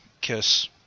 KISS